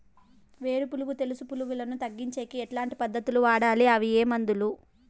వేరు పులుగు తెలుసు పులుగులను తగ్గించేకి ఎట్లాంటి పద్ధతులు వాడాలి? అవి ఏ మందులు?